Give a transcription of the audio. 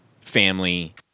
family